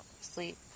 sleep